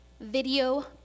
video